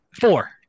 four